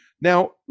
now